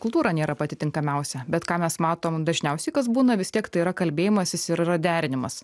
kultūra nėra pati tinkamiausia bet ką mes matom dažniausiai kas būna vis tiek tai yra kalbėjimasis ir yra derinimas